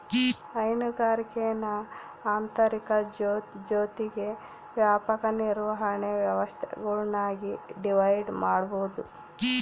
ಹೈನುಗಾರಿಕೇನ ಆಂತರಿಕ ಜೊತಿಗೆ ವ್ಯಾಪಕ ನಿರ್ವಹಣೆ ವ್ಯವಸ್ಥೆಗುಳ್ನಾಗಿ ಡಿವೈಡ್ ಮಾಡ್ಬೋದು